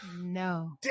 No